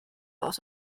loss